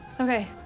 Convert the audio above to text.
Okay